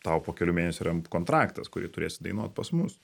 tau po kelių mėnesių yra kontraktas turėsi dainuot pas mus